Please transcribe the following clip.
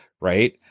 right